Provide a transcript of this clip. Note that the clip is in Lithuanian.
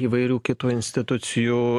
įvairių kitų institucijų